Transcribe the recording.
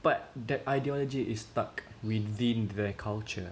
but that ideology is stuck within the culture